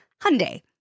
Hyundai